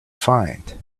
find